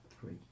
three